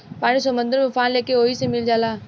पानी समुंदर में उफान लेके ओहि मे मिल जाला